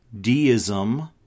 deism